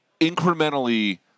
incrementally